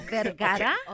Vergara